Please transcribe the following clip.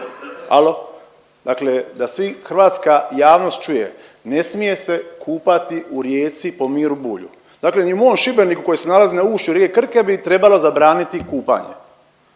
da svi, hrvatska javnost čuje ne smije se kupati u rijeci po Miru Bulju. Dakle, ni u mom Šibeniku koji se nalazi na ušću rijeke Krke bi trebalo zabraniti kupanje.